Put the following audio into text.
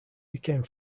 became